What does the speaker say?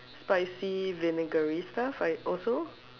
spicy vinegary stuff I also